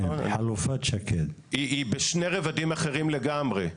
היא בשני רבדים אחרים לגמרי.